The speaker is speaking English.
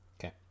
Okay